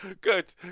Good